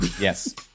Yes